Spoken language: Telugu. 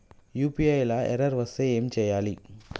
యూ.పీ.ఐ లా ఎర్రర్ వస్తే ఏం చేయాలి?